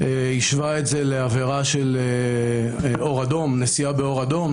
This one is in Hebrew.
והקבלתם את זה לנסיעה באור אדום